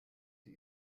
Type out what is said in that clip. die